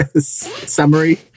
summary